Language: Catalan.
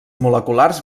moleculars